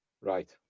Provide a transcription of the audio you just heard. Right